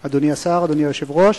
אדוני השר, אדוני היושב-ראש,